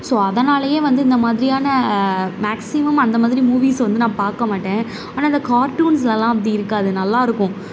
so அதனாலேயே வந்து இந்த மாதிரியான மேக்சிமம் அந்த மாதிரி மூவீஸை வந்து நான் பார்க்கமாட்டேன் ஆனால் இந்த கார்ட்டூன்ஸில் எல்லாம் அப்படி இருக்காது நல்லாயிருக்கும்